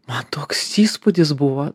man toks įspūdis buvo